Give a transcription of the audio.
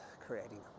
creating